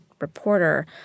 reporter